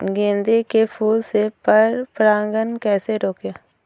गेंदे के फूल से पर परागण कैसे रोकें?